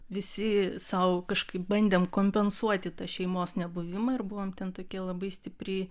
visi sau kažkaip bandėm kompensuoti tą šeimos nebuvimą ir buvom ten tokie labai stipri